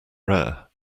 rare